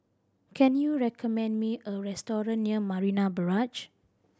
can you recommend me a restaurant near Marina Barrage